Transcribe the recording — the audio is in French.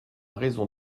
raison